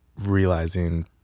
realizing